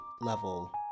level